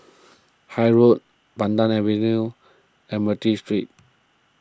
Haig Road Pandan Avenue Admiralty Street